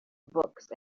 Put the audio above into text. books